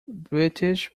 british